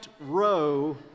row